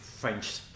French